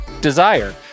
Desire